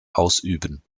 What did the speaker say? ausüben